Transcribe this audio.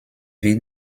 wird